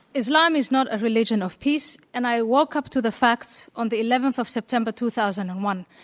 islam is not a religion of peace. and i woke up to the facts on the eleventh of september, two thousand and one.